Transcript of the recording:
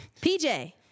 PJ